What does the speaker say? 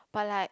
but like